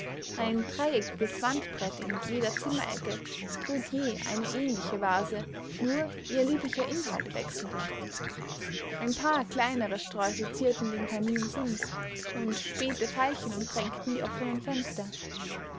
ein dreieckiges wandbrett in jeder zimmerecke trug je eine ähnliche vase nur ihr lieblicher inhalt wechselte ein paar kleinere sträuße zierten den kaminsims und späte veilchen umdrängten die offenen fenster